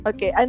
Okay